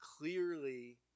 clearly